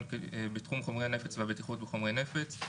בתחום חומרי הנפץ והבטיחות בחומרי נפץ,